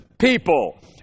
People